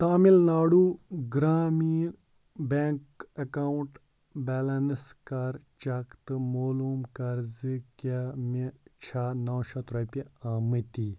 Tamil Nadu Grameen bank account balance کَر check تہٕ معلوٗم کَر زِ کیٛاہ مےٚ چھا نَو شیٚتھ رۄپیہِ آمٕتی